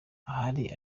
ahari